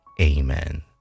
Amen